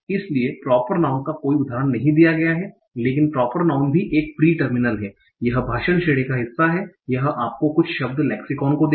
इसलिए proper noun का कोई उदाहरण नहीं दिया गया है लेकिन प्रोपर नाउँन भी एक प्री टर्मिनल है यह भाषण श्रेणी का हिस्सा है यह आपको कुछ शब्द लेक्सिकॉन को देगा